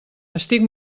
estic